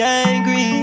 angry